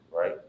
right